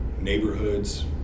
neighborhoods